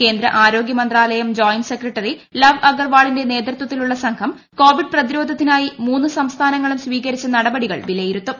കേന്ദ്ര ആരോഗൃമന്ത്രാലയം joint secretary Lav അഗർവാളിന്റെ നേതൃത്വത്തിലുള്ള സംഘം കോവിഡ് പ്രതിരോധത്തിനായി മൂന്ന് സംസ്ഥാനങ്ങളും സ്വീകരിച്ച നടപടികൾ വിലയിരുത്തും